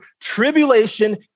tribulation